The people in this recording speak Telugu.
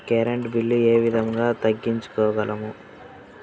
కరెంట్ బిల్లు ఏ విధంగా తగ్గించుకోగలము?